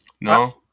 No